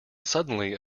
suddenly